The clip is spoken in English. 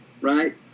right